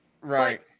Right